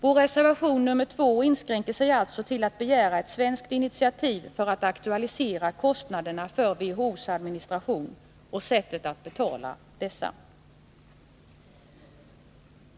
Vår reservation nr 2 inskränker sig alltså till att begära ett svenskt initiativ för att aktualisera kostnaderna för WHO:s administration och sättet att betala dessa.